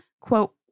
Quote